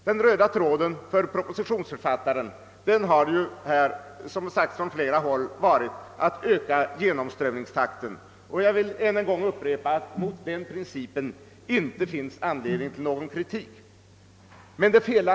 Den röda tråden för propositionsförfattaren har som sagt varit att öka genomströmningstakten, «vilket också framhållits av flera andra talare, och jag vill än en gång upprepa att det inte finns någon anledning att kritisera den principen.